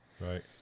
Right